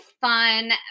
fun